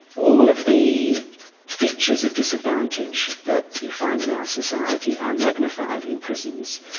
all of the features of disadvantage that you find in our society are magnified in prisons.